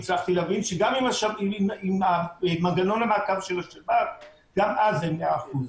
סיימנו לשמוע את גורמי החוץ.